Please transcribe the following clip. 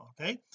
okay